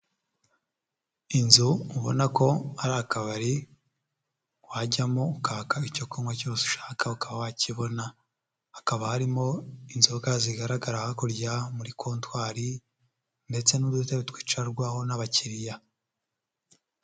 Inzu ubona ko ari akabari wajyamo ukaka icyo kunywa cyose ushaka uka wakibona, hakaba harimo inzoga zigaragara hakurya muri kotwari ndetse n'udutabe twicarwaho n'abakiriya.